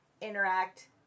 interact